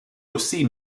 aussi